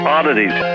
Oddities